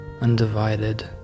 undivided